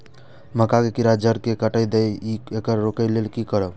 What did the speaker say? मक्का के कीरा जड़ से काट देय ईय येकर रोके लेल की करब?